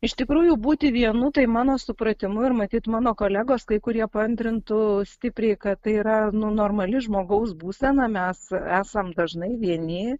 iš tikrųjų būti vienu tai mano supratimu ir matyt mano kolegos kai kurie paantrintų stipriai kad tai yra nu normali žmogaus būsena mes esam dažnai vieni